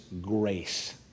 grace